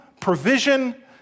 provision